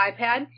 iPad